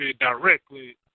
directly